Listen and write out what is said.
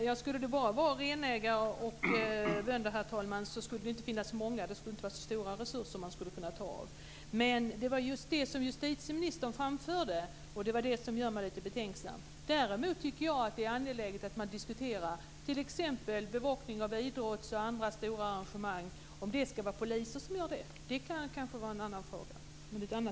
Herr talman! Om det bara skulle vara renägare och bönder skulle det inte finnas så många. Det skulle inte vara så stora resurser man skulle kunna ta av. Men det var just det som justitieministern framförde, och det gjorde mig lite betänksam. Däremot tycker jag att det är angeläget att diskutera om det ska vara poliser som ska sköta t.ex. bevakning av idrottsevenemang och andra stora arrangemang. Det är kanske en annan fråga.